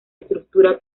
estructura